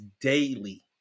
daily